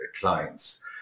clients